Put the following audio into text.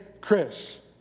Chris